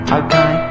okay